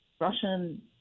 Russian